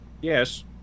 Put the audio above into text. Yes